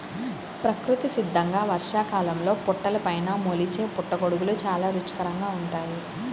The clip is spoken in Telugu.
ప్రకృతి సిద్ధంగా వర్షాకాలంలో పుట్టలపైన మొలిచే పుట్టగొడుగులు చాలా రుచికరంగా ఉంటాయి